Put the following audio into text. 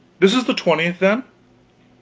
this is the twentieth, then?